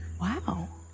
Wow